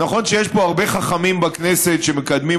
נכון שיש פה הרבה חכמים בכנסת שמקדמים